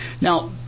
Now